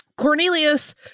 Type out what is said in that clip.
Cornelius